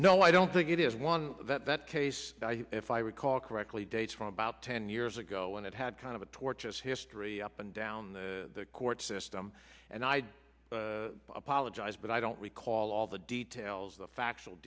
no i don't think it is one that that case if i recall correctly dates from about ten years ago when it had kind of a torturous history up and down the court system and i apologize but i don't recall all the details the fact